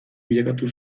bilakatu